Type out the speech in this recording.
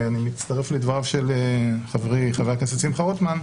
ואני מצטרף לדבריו של חברי חבר הכנסת חברי רוטמן,